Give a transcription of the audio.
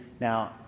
Now